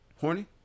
horny